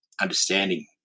understanding